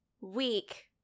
week